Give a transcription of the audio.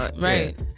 Right